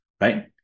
right